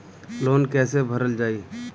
Loan कैसे भरल जाइ?